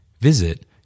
Visit